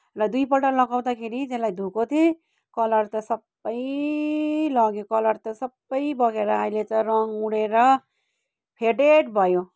र दुईपल्ट लगाउँदाखेरि त्यसलाई धोएको थिएँ कलर त सबै लग्यो कलर त सबै बगेर अहिले त रङ उडेर फेडेड भयो